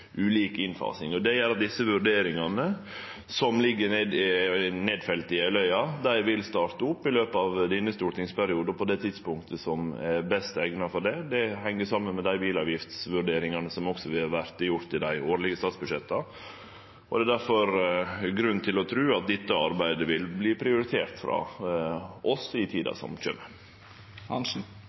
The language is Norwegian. ulike innfasingar. Det gjer at desse vurderingane, som ligg nedfelte i Jeløya-plattforma, vil starte opp i løpet av denne stortingsperioden og på det tidspunktet som er best eigna for det. Det heng saman med dei bilavgiftsvurderingane som òg har vore gjorde i dei årlege statsbudsjetta. Det er difor grunn til å tru at dette arbeidet vil verte prioritert av oss i tida som kjem.